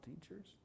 teachers